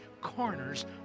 corners